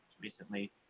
recently